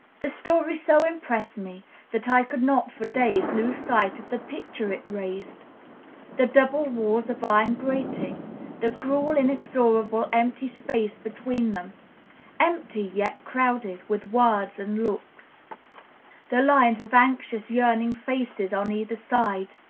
the story so impressed me that i could not for days lose sight of the picture it raised the double walls of iron grating the cruel, inexorable, empty space between them empty, yet crowded with words and looks the lines of anxious, yearning faces on either side.